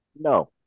No